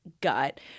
gut